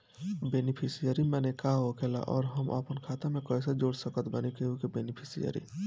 Beneficiary माने का होखेला और हम आपन खाता मे कैसे जोड़ सकत बानी केहु के बेनीफिसियरी?